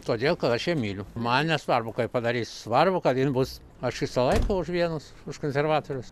todėl aš ją myliu man nesvarbu kaip padarys svarbu kad bus aš visą laiką už vienus už konservatorius